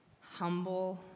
humble